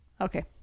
okay